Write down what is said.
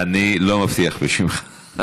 אני לא מבטיח בשמך.